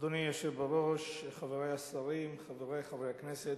אדוני היושב-ראש, חברי השרים, חברי חברי הכנסת,